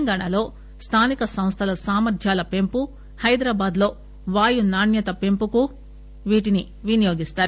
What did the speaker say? తెలంగాణాలో స్లానిక సంస్లల సామర్ద్వాల పెంపు హైదరాబాద్లో వాయు నాణ్యత పెంపునకు వీటిని వినియోగిస్తారు